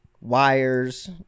wires